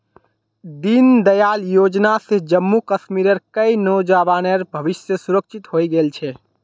दीनदयाल योजना स जम्मू कश्मीरेर कई नौजवानेर भविष्य सुरक्षित हइ गेल छ